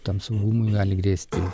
tam saugumui gali grėsti